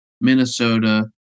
Minnesota